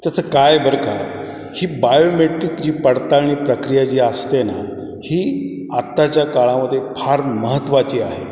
त्याचं काय आहे बरं का ही बायोमेट्रिक जी पडताळणी प्रक्रिया जी असते ना ही आत्ताच्या काळामध्ये फार महत्त्वाची आहे